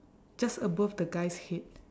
just above the guy's head